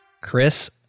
Chris